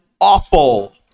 awful